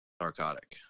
narcotic